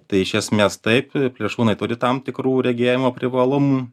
tai iš esmės taip plėšrūnai turi tam tikrų regėjimo privalumų